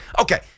Okay